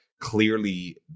clearly